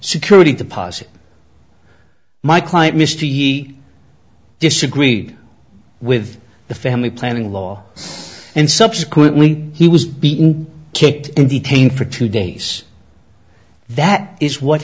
security deposit my client mr ye disagreed with the family planning law and subsequently he was beaten kicked and detained for two days that is what